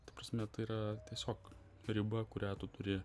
ta prasme tai yra tiesiog riba kurią tu turi